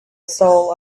soul